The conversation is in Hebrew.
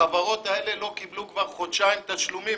החברות האלה לא קיבלו כבר חודשיים תשלומים